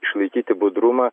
išlaikyti budrumą